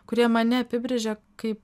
kurie mane apibrėžė kaip